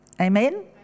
Amen